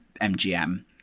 MGM